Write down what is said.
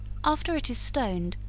after it is stoned,